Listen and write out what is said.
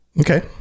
Okay